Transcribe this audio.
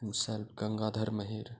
ଉସାଲ୍ Gangadhar Meher